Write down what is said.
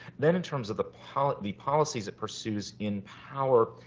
then in terms of the policies the policies it pursues in power